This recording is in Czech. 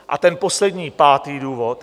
A ten poslední, pátý důvod.